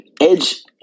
Edge